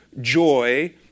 joy